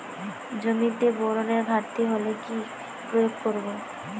জমিতে বোরনের ঘাটতি হলে কি প্রয়োগ করব?